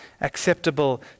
acceptable